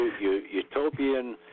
utopian